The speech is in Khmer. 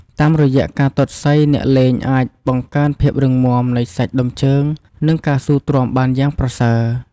តាមរយៈការទាត់សី អ្នកលេងអាចបង្កើនភាពរឹងមាំនៃសាច់ដុំជើង និងការស៊ូទ្រាំបានយ៉ាងប្រសើរ។